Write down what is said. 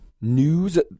news